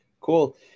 cool